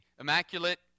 Immaculate